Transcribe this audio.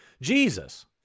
Jesus